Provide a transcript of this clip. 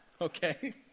okay